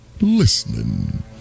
listening